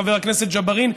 חבר הכנסת ג'בארין.